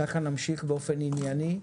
וככה נמשיך באופן ענייני.